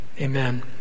amen